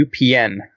UPN